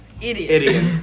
Idiot